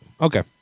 okay